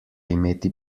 imeti